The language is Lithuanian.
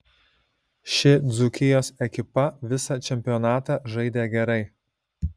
ši dzūkijos ekipa visą čempionatą žaidė gerai